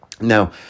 Now